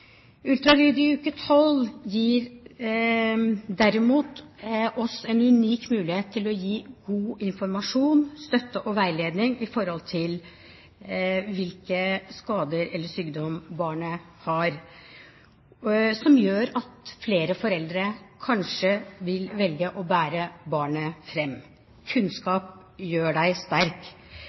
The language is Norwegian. Ultralyd i uke 12 gir oss derimot en unik mulighet til å gi god informasjon, støtte og veiledning i forhold til hvilke skader eller hvilken sykdom barnet har, noe som gjør at flere foreldre kanskje vil velge å bære barnet fram. Kunnskap gjør deg sterk.